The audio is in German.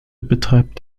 betreibt